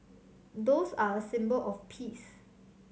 doves are a symbol of peace